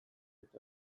eta